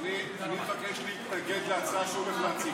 אני מבקש להתנגד להצעה שהוא הולך להציג.